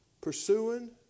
pursuing